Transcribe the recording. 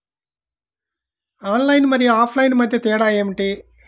Online మరియు offline మధ్య తేడా ఏమిటీ?